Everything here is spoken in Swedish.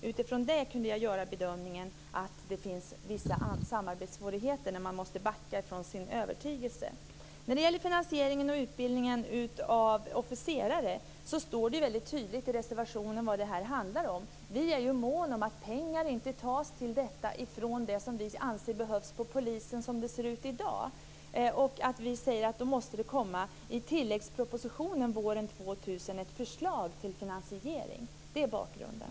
Utifrån det kunde jag göra bedömningen att det finns vissa samarbetssvårigheter, när man måste backa från sin övertygelse. När det gäller finansieringen av utbildningen av officerare står det väldigt tydligt i reservationen vad detta handlar om. Vi är måna om att pengar inte tas till detta från det som vi anser behövs till polisen som det ser ut i dag. Vi säger att det i så fall måste komma ett förslag till finansiering i tilläggspropositionen under våren 2000. Det är bakgrunden.